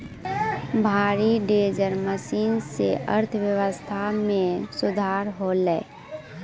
भारी dozer machine सें अर्थव्यवस्था मे सुधार होलय